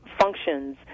functions